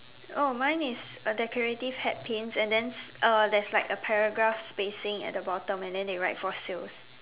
oh mine is a decorative hat pins and then uh there's like a paragraph spacing at the bottom and then they write for sales